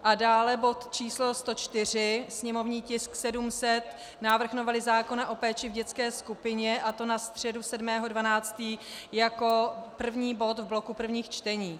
A dále bod č. 104, sněmovní tisk 700, návrh novely zákona o péči v dětské skupině, a to na středu 7. 12. jako první bod v bloku prvních čtení.